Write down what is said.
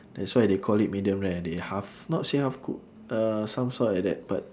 that's why they call it medium rare they half not say half cook uh some sort like that but